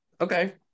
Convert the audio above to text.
Okay